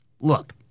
look